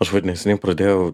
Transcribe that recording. aš vat neseniai pradėjau